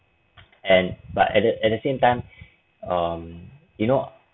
and but at the at the same time um you know